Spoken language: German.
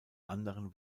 anderen